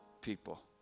people